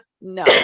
no